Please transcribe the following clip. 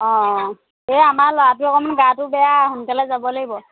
অঁ এই আমাৰ ল'ৰাটো অকণমান গাটো বেয়া সোনকালে যাব লাগিব